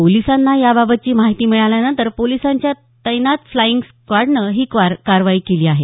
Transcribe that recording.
पोलिसांना याबाबतची माहीती मिळाल्यानंतर पोलिसांच्या तैनात फ्लाइंग स्काडनं ही कारवाई केली आहे